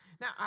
Now